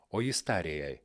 o jis tarė jai